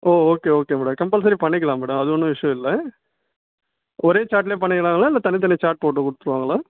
ஓ okay okay madam compulsory பண்ணிக்கலாம் madam அது ஒன்றும் இஷ்யூ இல்லை ஒரே சார்ட்டிலே பண்ணிக்கலாங்களா இல்லை தனித்தனி சார்ட் போட்டு கொடுத்துருவாங்களா